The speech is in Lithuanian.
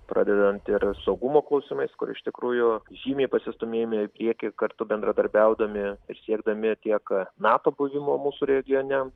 pradedant ir saugumo klausimais kur iš tikrųjų žymiai pasistūmėjome į priekį kartu bendradarbiaudami ir siekdami tiek nato buvimo mūsų regione